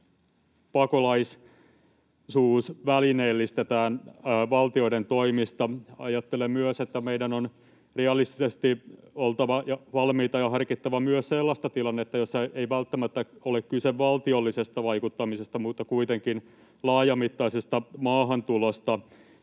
pakolaisuus välineellistetään valtioiden toimesta. Ajattelen myös, että meidän on realistisesti oltava valmiita ja harkittava myös sellaista tilannetta, jossa ei välttämättä ole kyse valtiollisesta vaikuttamisesta, mutta kuitenkin laajamittaisesta maahantulosta,